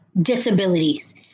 disabilities